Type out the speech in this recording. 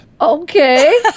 Okay